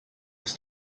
was